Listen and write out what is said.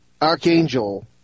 archangel